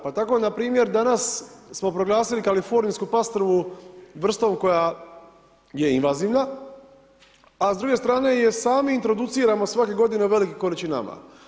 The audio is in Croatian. Pa tako npr. danas, smo proglasili kalifornijsku pastrvu, vrstom koja je invazivna, a s druge strane je sami introduciramo svake godine u velikim količinama.